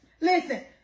Listen